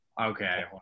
Okay